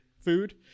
food